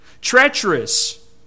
treacherous